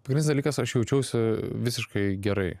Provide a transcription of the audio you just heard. kitas dalykas aš jaučiausi visiškai gerai